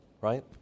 Right